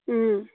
ꯎꯝ